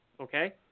Okay